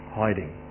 hiding